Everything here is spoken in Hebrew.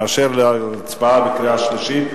מאשר הצבעה בקריאה שלישית,